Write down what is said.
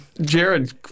Jared